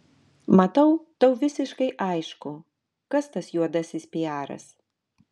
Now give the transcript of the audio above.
matau tau visiškai aišku kas tas juodasis piaras